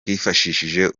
twifashishije